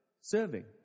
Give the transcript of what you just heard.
serving